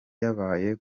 yabaye